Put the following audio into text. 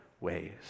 ways